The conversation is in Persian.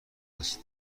است